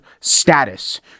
status